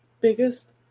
biggest